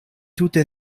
tute